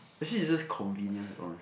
actually is just convenience honestly